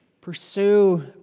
pursue